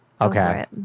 Okay